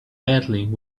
battling